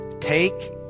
take